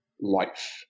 life